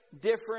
different